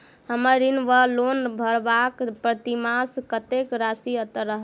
हम्मर ऋण वा लोन भरबाक प्रतिमास कत्तेक राशि रहत?